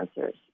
answers